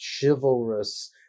chivalrous